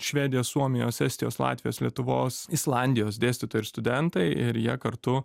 švedijos suomijos estijos latvijos lietuvos islandijos dėstytojai ir studentai ir jie kartu